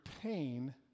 pain